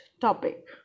topic